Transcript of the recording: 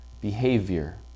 behavior